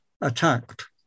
attacked